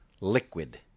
liquid